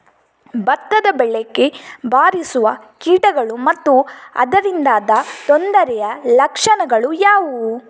ಭತ್ತದ ಬೆಳೆಗೆ ಬಾರಿಸುವ ಕೀಟಗಳು ಮತ್ತು ಅದರಿಂದಾದ ತೊಂದರೆಯ ಲಕ್ಷಣಗಳು ಯಾವುವು?